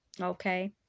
okay